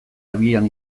abian